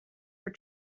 for